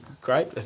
great